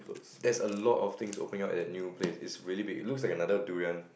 there's a lot of things opening up at that new place it's really big it looks like another durian